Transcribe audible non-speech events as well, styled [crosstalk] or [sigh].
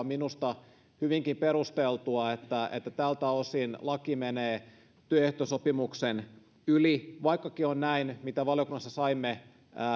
[unintelligible] minusta on hyvinkin perusteltua että että tältä osin laki menee työehtosopimuksen yli vaikkakin on näin mitä valiokunnassa saimme